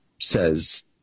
says